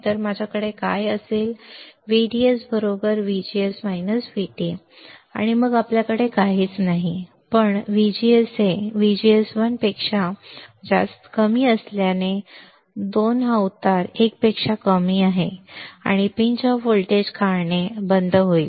तर माझ्याकडे काय असेल VDS VGS VT आणि मग आपल्याकडे काहीच नाही पण VGS VGS1 असल्यानेच उतार 2 उतार 1 पेक्षा कमी आहे आणि लवकर चिमटे काढणे लवकर होईल चिमटे बंद होईल